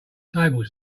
table